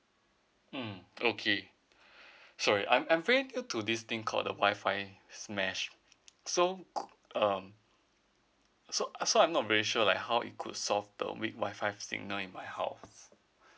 mm okay sorry I'm unfamiliar to this thing called the wifi mesh so could uh so so I'm not really sure like how it could solve the weak wifi signal in my house